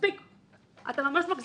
מה אתה עושה?